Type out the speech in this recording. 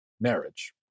marriage